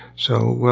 so,